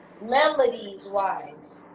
melodies-wise